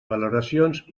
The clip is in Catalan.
valoracions